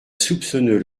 soupçonneux